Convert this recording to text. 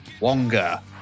wonga